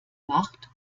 macht